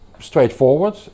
Straightforward